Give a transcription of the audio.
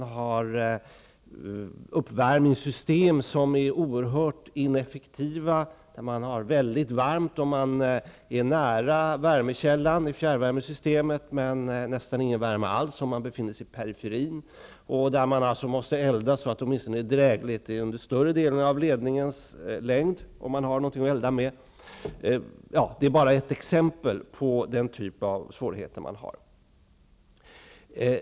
Uppvärmningssystemet är oerhört ineffektivt. Om man är nära värmekällan i fjärrvärmesystemet har man det mycket varmt, men om man befinner sig i periferin har man nästan ingen värme alls. Man måste elda så att det åtminstone blir drägligt utmed större delen av ledningens längd, om man har något att elda med. Det är bara ett exempel på den typ av svårigheter man har.